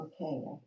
okay